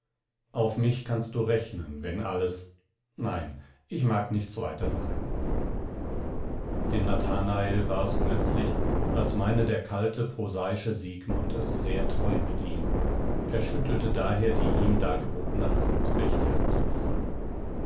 auf mich kannst du rechnen wenn alles nein ich mag nichts weiter sagen dem nathanael war es plötzlich als meine der kalte prosaische siegmund es sehr treu mit ihm er schüttelte daher die ihm dargebotene hand recht herzlich